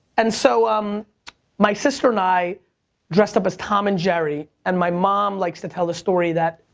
and so um my sister and i dressed up as tom and jerry, and my mom likes to tell the story that,